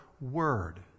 word